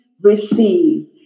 receive